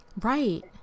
Right